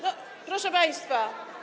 No, proszę państwa.